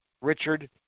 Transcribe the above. Richard